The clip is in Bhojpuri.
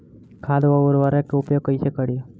खाद व उर्वरक के उपयोग कइसे करी?